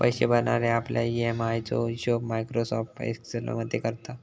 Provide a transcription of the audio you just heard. पैशे भरणारे आपल्या ई.एम.आय चो हिशोब मायक्रोसॉफ्ट एक्सेल मध्ये करता